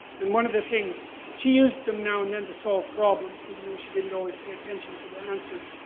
and one of the things, she used them now and then to solve problems, even though she didn't always pay attention to the answer.